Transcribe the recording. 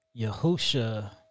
Yahusha